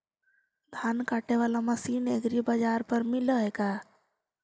धान काटे बाला मशीन एग्रीबाजार पर मिल है का?